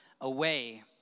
away